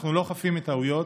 אנחנו לא חפים מטעויות,